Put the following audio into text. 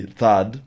third